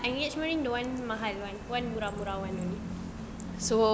engagement ring don't want mahal [one] want murah-murah [one] only